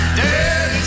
dead